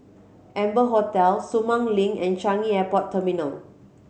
Amber Hotel Sumang Link and Changi Airport Terminal